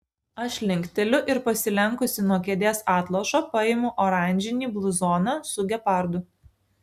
aš linkteliu ir pasilenkusi nuo kėdės atlošo paimu oranžinį bluzoną su gepardu